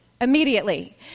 immediately